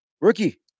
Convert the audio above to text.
rookie